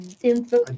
info